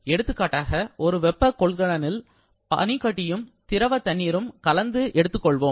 எடுத்துக்காட்டாக ஒரு வெப்ப கொள்கலனில் பனிக்கட்டியும் திரவ தண்ணீரும் கலந்து எடுத்துக் கொள்வோம்